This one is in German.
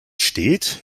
steht